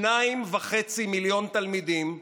2.5 מיליון תלמידים,